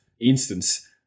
instance